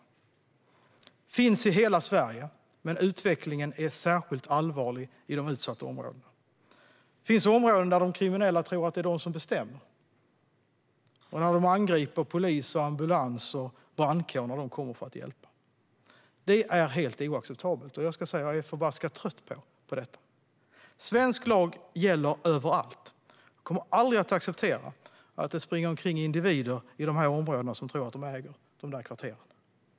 Det här finns i hela Sverige, men utvecklingen är särskilt allvarlig i de utsatta områdena. Det finns områden där de kriminella tror att det är de som bestämmer och där de angriper polis, ambulans och brandkår när dessa kommer för att hjälpa. Detta är helt oacceptabelt, och jag är förbaskat trött på det. Svensk lag gäller överallt, och jag kommer aldrig att acceptera att det springer omkring individer i de här områdena som tror att de äger de kvarteren.